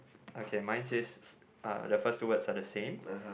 okay mine says uh the first two words are the same